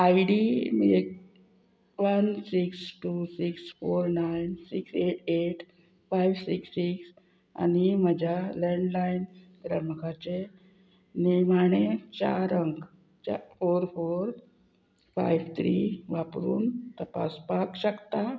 I D एक one six two six four nine six eight eight five six six आनी म्हज्या landline क्रमांकाचे निर्माणे चार अंक फोर फोर फायव थ्री वापरून तपासपाक शकता